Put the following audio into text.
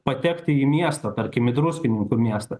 patekti į miestą tarkim į druskininkų miestą